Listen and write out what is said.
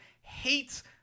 hates